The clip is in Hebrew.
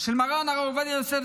של מרן הרב עובדיה יוסף,